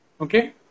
Okay